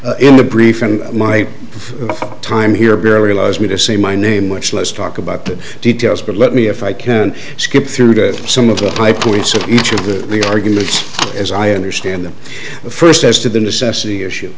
and my time here very allows me to say my name which let's talk about the details but let me if i can skip through to some of the high points of each of the arguments as i understand them first as to the necessity